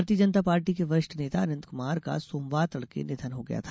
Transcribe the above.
भारतीय जनता पार्टी के वरिष्ठ नेता अनंत कुमार का सोमवार तड़के निधन हो गया था